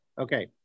Okay